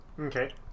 Okay